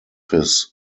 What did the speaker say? his